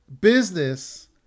business